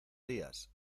días